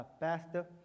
pastor